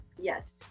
yes